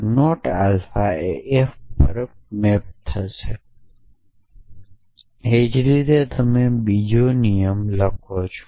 તો not alpha એ f પર મૅપ થશે અને એ જ રીતે તમે બીજા નિયમો લખી શકો